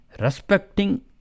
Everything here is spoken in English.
Respecting